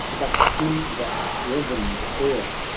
but in that reverend air,